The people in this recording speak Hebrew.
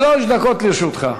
שלוש דקות יש לך.